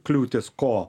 kliūtis ko